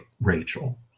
Rachel